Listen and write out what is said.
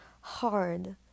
hard